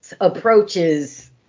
Approaches